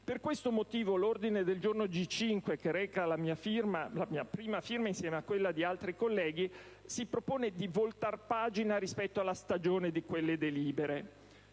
Per questo motivo l'ordine del giorno G5, che reca la mia prima firma insieme a quella di altri colleghi, si propone di voltare pagina rispetto alla stagione di quelle delibere.